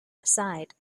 aside